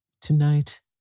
Tonight